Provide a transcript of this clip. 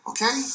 Okay